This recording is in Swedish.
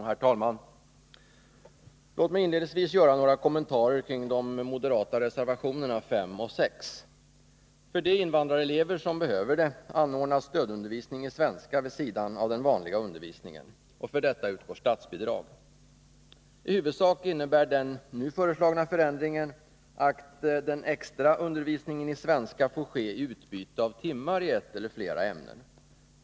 Herr talman! Låt mig inledningsvis göra några kommentarer kring de moderata reservationerna 5 och 6. För de invandrarelever som behöver det anordnas stödundervisning i svenska vid sidan av den vanliga undervisningen. För detta utgår statsbidrag. undervisningen i svenska får ske genom utbyte av timmar i ett eller flera ämnen.